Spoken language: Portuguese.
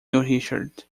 richard